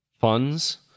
funds